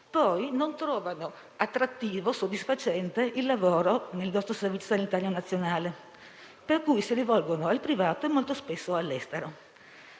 non trovano poi attrattivo e soddisfacente il lavoro nel nostro Servizio sanitario nazionale, per cui si rivolgono al privato e molto spesso all'estero.